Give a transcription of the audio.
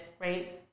right